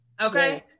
okay